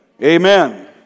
Amen